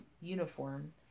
uniform